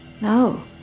no